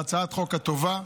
תודה רבה לך, אדוני היושב-ראש.